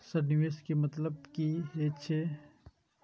Sir निवेश के मतलब की हे छे?